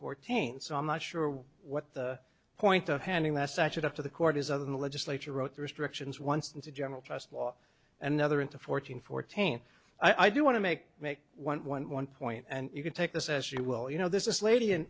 fourteen so i'm not sure what the point of handing that such it up to the court is other than the legislature wrote the restrictions once it's a general trust law another into fourteen fourteen i do want to make make one one one point and you can take this as you will you know this is lady